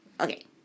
Okay